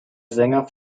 sänger